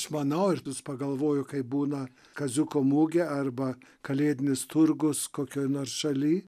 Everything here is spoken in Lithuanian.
aš manau ir vis pagalvoju kai būna kaziuko mugė arba kalėdinis turgus kokioj nors šaly